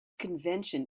convention